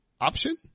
option